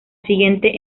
siguiente